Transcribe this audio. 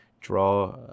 draw